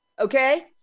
okay